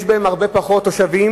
יש בהן הרבה פחות תושבים,